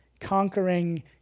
conquering